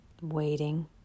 Waiting